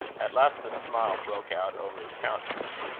at last a smile broke out over his countenance.